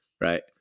right